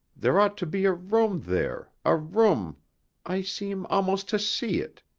there ought to be a room there a room i seem almost to see it.